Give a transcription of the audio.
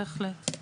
בהחלט.